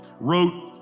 wrote